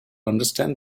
understand